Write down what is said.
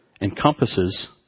encompasses